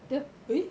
dia !oi!